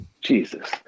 Jesus